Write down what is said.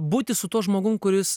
būti su tuo žmogum kuris